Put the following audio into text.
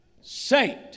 saint